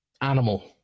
animal